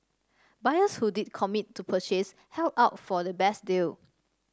buyers who did commit to purchase held out for the best deal